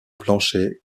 plancher